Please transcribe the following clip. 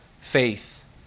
faith